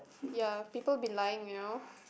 ya people be lying you know